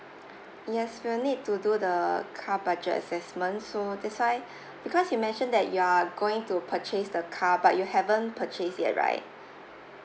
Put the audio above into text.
yes we'll need to do the car budget assessment so that's why because you mentioned that you are going to purchase the car but you haven't purchased yet right